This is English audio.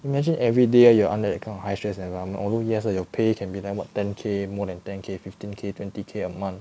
imagine everyday you're under that kind of high stress environment although yes lah your pay can be like what ten K more than ten K fifteen K twenty K a month